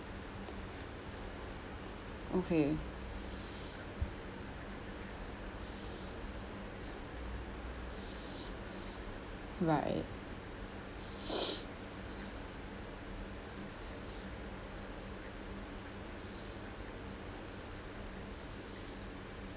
okay right